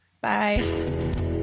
Bye